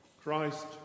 Christ